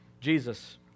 Jesus